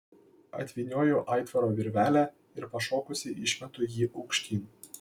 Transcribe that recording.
atvynioju aitvaro virvelę ir pašokusi išmetu jį aukštyn